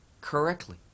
correctly